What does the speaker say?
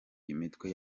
imitwe